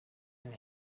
and